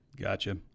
Gotcha